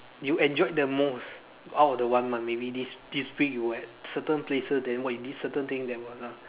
you enjoyed the most out of the one month maybe this this week you were at certain places then what you did certain thing then what lah